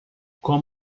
com